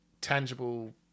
tangible